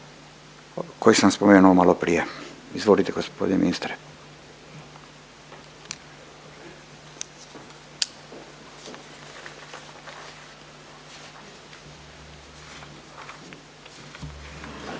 koji sam spomenuo malo prije. Izvolite gospodine ministre.